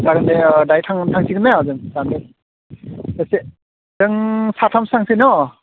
जागोन दे दाहाय थांसिगोन ना जों थांनगोन जों साथामसो थांसै न